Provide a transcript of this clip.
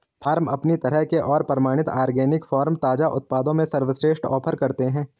farm अपनी तरह के और प्रमाणित ऑर्गेनिक फ़ार्म ताज़ा उत्पादों में सर्वश्रेष्ठ ऑफ़र करते है